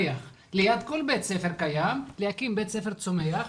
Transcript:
ליד כל בית ספר קיים להקים בית ספר צומח,